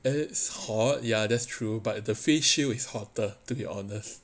ya it's hot ya that's true but the face shield is hotter to be honest